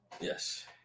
Yes